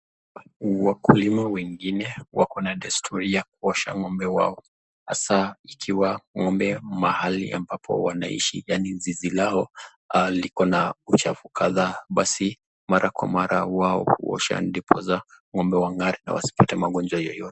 Wakulima wengine, wako na desturi ya kuosha ng'ombe wao hasa ikiwa ng'ombe mahali ambapo wanaishi yaani zizi lao iko na uchafu kadhaa, basi mara kwa mara wao huosha ndiposa ng'ombe wang'are na wasipate magonjwa yoyote.